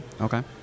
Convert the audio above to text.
Okay